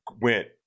went